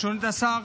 ברשות השר,